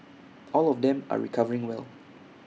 all of them are recovering well